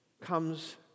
comes